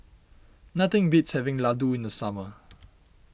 nothing beats having Ladoo in the summer